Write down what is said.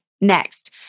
next